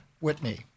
Whitney